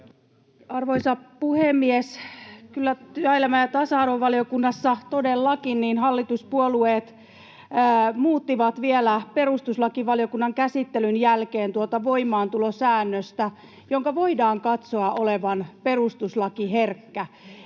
Arvoisa puhemies! Kyllä työelämä- ja tasa-arvovaliokunnassa todellakin hallituspuolueet muuttivat vielä perustuslakivaliokunnan käsittelyn jälkeen tuota voimaantulosäännöstä, jonka voidaan katsoa olevan perustuslakiherkkä.